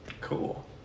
Cool